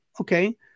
okay